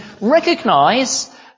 recognise